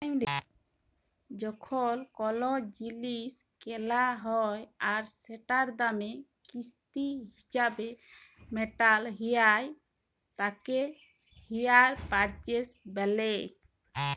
যখল কল জিলিস কেলা হ্যয় আর সেটার দাম কিস্তি হিছাবে মেটাল হ্য়য় তাকে হাইয়ার পারচেস ব্যলে